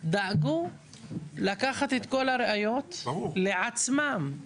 דאגו לקחת את כל הראיות לעצמם.